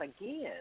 again